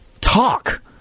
talk